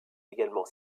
également